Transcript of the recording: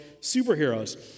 superheroes